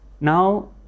Now